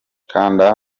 kanda